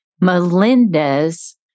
Melinda's